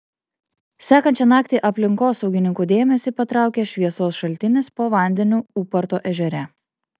sekančią naktį aplinkosaugininkų dėmesį patraukė šviesos šaltinis po vandeniu ūparto ežere